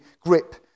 grip